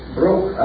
broke